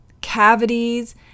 cavities